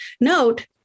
Note